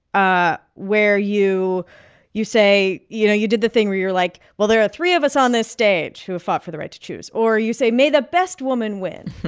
ah where you you say you know, you did the thing where you're like, well, there are three of us on this stage who have fought for the right to choose or you say, may the best woman win